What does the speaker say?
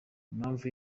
impamvu